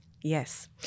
Yes